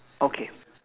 okay